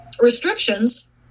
restrictions